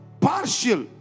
partial